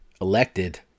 elected